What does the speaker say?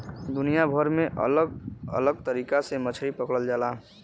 दुनिया भर में अलग अलग तरीका से मछरी पकड़ल जाला